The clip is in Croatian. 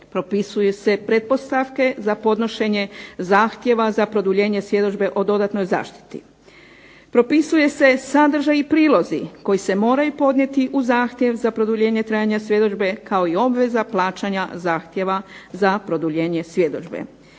propisuju se pretpostavke za podnošenje zahtjeva za produljenje svjedodžbe o dodatnoj zaštiti, propisuje se sadržaj i prilozi koji se moraju podnijeti u zahtjev za produljenje trajanja svjedodžbe kao i obveza plaćanja zahtjeva za produljenje svjedodžbe